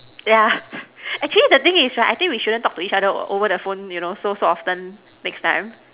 yeah actually the thing is right I think we shouldn't talk to each other over the phone so so often next time